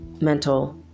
mental